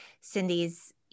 Cindy's